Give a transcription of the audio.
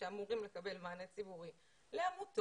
שאמורים לקבל מענה ציבורי לעמותות,